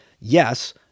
yes